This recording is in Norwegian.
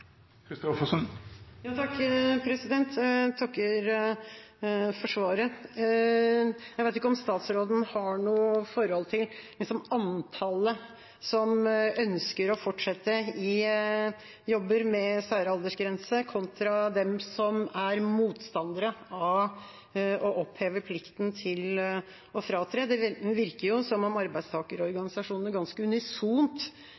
Jeg takker for svaret. Jeg vet ikke om statsråden har noe forhold til antallet som ønsker å fortsette i jobb med særaldersgrense kontra de som er motstandere av å oppheve plikten til å fratre. Det virker som om